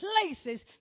places